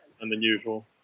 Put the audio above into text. Unusual